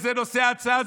וזה נושא ההצעה,